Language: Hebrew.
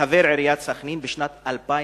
כחבר עיריית סח'נין, בשנת 2003,